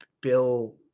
Bill